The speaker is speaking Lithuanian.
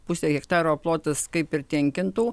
pusę hektaro plotas kaip ir tenkintų